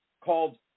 called